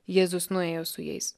jėzus nuėjo su jais